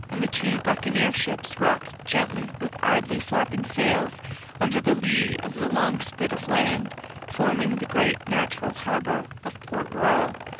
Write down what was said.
and the two buccaneer ships rocked gently with idly flapping sails under the lee of the long spit of land forming the great natural harbour of port royal,